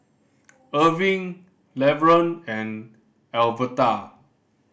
Erving Levern and Alverta